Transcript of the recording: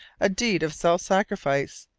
a deed of self-sacrifice.